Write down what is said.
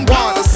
one